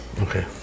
Okay